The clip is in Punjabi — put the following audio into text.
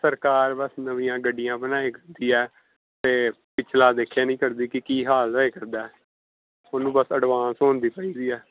ਸਰਕਾਰ ਬਸ ਨਵੀਆਂ ਗੱਡੀਆਂ ਬਣਾਇਆ ਕਰਦੀ ਹੈ ਅਤੇ ਪਿਛਲਾ ਦੇਖਿਆ ਨਹੀਂ ਕਰਦੀ ਕਿ ਕੀ ਹਾਲ ਹੋਇਆ ਕਰਦਾ ਉਹ ਨੂੰ ਬਸ ਐਡਵਾਂਸ ਹੋਣ ਦੀ ਪਈ ਵੀ ਆ